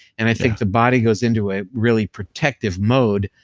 and i think the body goes into a really protective mode,